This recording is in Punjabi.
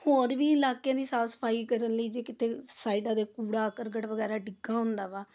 ਹੋਰ ਵੀ ਇਲਾਕਿਆਂ ਦੀ ਸਾਫ਼ ਸਫ਼ਾਈ ਕਰਨ ਲਈ ਜੇ ਕਿਤੇ ਸਾਈਡਾਂ 'ਤੇ ਕੂੜਾ ਕਰਕਟ ਵਗੈਰਾ ਡਿੱਗਾ ਹੁੰਦਾ ਵਾ